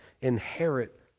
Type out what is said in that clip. inherit